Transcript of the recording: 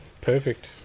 perfect